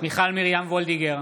מיכל מרים וולדיגר,